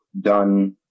done